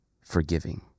forgiving